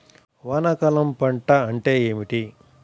వానాకాలం పంట అంటే ఏమిటి?